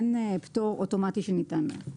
אין פטור אוטומטי שניתן להם.